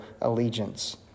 allegiance